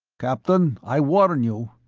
captain, i warn you!